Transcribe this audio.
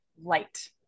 light